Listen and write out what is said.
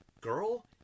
girl